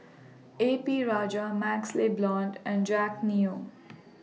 A P Rajah MaxLe Blond and Jack Neo